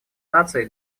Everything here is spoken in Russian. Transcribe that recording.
наций